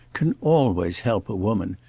can always help a woman.